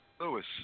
Lewis